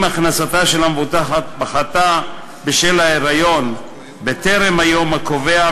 אם הכנסתה של המבוטחת פחתה בשל ההיריון בטרם היום הקובע,